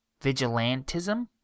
Vigilantism